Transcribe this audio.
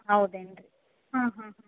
ಹೌದೇನು ರೀ ಹಾಂ ಹಾಂ